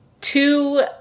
two